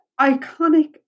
iconic